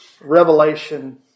revelation